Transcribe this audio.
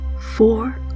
four